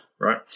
right